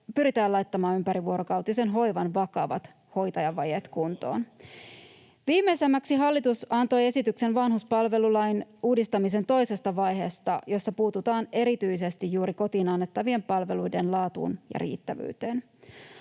pyritään laittamaan ympärivuorokautisen hoivan vakavat hoitajavajeet kuntoon. [Timo Heinonen: Tilanne on mennyt huonommaksi!] Viimeisimmäksi hallitus antoi esityksen vanhuspalvelulain uudistamisen toisesta vaiheesta, jossa puututaan erityisesti juuri kotiin annettavien palveluiden laatuun ja riittävyyteen.